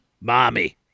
Mommy